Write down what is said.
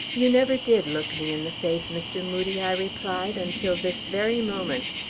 you never did look me in the face, mr. moodie, i replied, until this very moment.